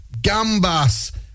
gambas